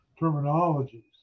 terminologies